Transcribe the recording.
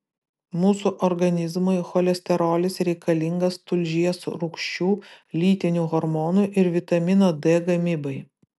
mūsų organizmui cholesterolis reikalingas tulžies rūgščių lytinių hormonų ir vitamino d gamybai